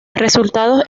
resultados